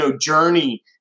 journey